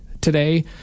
today